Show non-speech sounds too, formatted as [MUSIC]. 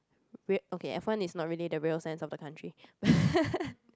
real okay I find it's not really the real sense of the country [LAUGHS]